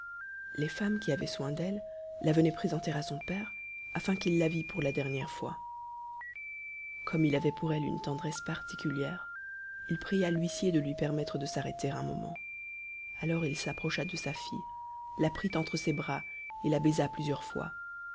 les femmes qui avaient soin d'elle la venaient présenter à son père afin qu'il la vît pour la dernière fois comme il avait pour elle une tendresse particulière il pria l'huissier de lui permettre de s'arrêter un moment alors il s'approcha de sa fille la prit entre ses bras et la baisa plusieurs fois